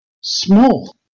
small